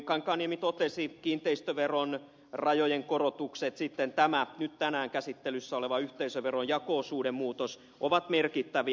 kankaanniemi totesi kiinteistöveron rajojen korotukset sitten tämä nyt tänään käsittelyssä oleva yhteisöverojako osuuden muutos ovat merkittäviä